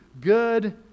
good